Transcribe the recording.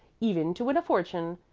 even to win a fortune.